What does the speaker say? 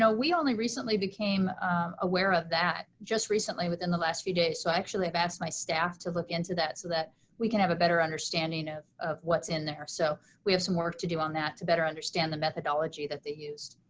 so we only recently became aware of that, just recently within the last few days, so actually i've asked my staff to look into that so that we can have a better understanding of of what's in there, so we have some work to do on that to better understand the methodology that they used.